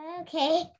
okay